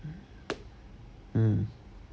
um